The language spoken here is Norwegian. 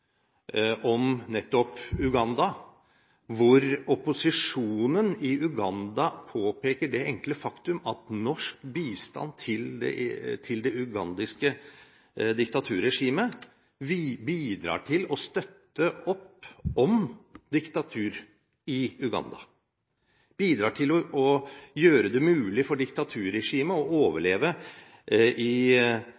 om nettopp Uganda, hvor opposisjonen i Uganda påpeker det enkle faktum at norsk bistand til det ugandiske diktaturregimet bidrar til å støtte opp om diktaturet i Uganda, bidrar til at diktaturregimet vil overleve lenger enn ellers mulig.